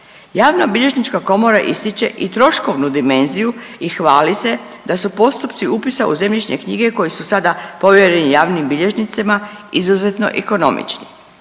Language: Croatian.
Javnobilježnička komora ističe i troškovnu dimenziju i hvali se da su postupci upisa u zemljišne knjige koji su sada povjereni javnim bilježnicima izuzetno ekonomični.